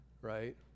right